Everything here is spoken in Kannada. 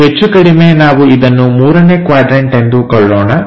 ಇದು ಹೆಚ್ಚುಕಡಿಮೆ ನಾವು ಇದನ್ನು ಮೂರನೇ ಕ್ವಾಡ್ರನ್ಟ ಎಂದುಕೊಳ್ಳೋಣ